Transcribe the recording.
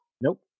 Nope